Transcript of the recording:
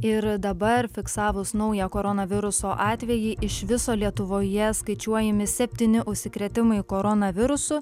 ir dabar fiksavus naują koronaviruso atvejį iš viso lietuvoje skaičiuojami septyni užsikrėtimai koronavirusu